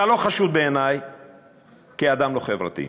אתה לא חשוד בעיני כאדם לא חברתי,